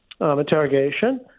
interrogation